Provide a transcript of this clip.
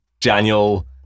Daniel